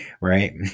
right